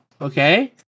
Okay